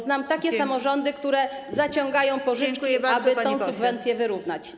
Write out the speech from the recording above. Znam takie samorządy, które zaciągają pożyczki, aby tę subwencję wyrównać.